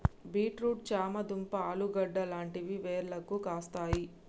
beet root చామ దుంప ఆలుగడ్డలు లాంటివి వేర్లకు కాస్తాయి